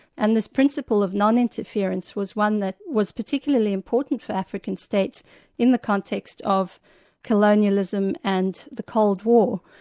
and this principle of non-interference was one that was particularly important for african states in the context of colonialism and the cold war.